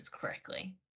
correctly